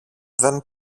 δεν